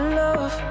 love